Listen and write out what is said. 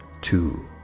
two